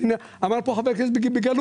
אמר כאן חבר הכנסת בגלוי.